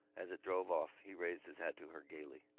as it drove off he raised his hat to her gaily.